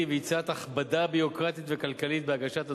ויצירת הכבדה ביורוקרטית וכלכלית בהגשת הדוחות,